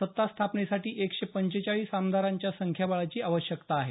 सत्ता स्थापनेसाठी एकशे पंचेचाळीस आमदारांच्या संख्याबळाची आवश्यकता आहे